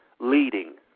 leading